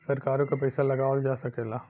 सरकारों के पइसा लगावल जा सकेला